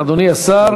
אדוני השר ישיב.